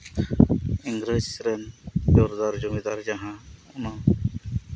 ᱤᱝᱨᱮᱡᱽ ᱨᱮᱱ ᱡᱳᱛᱫᱟᱨ ᱡᱚᱢᱤᱫᱟᱨ ᱡᱟᱦᱟᱸ ᱚᱱᱟ